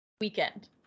weekend